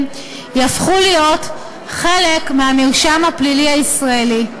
יהפכו להיות חלק מהמרשם הפלילי הישראלי.